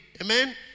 Amen